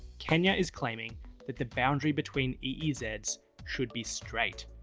kenya is claiming that the boundary between eez's should be straight.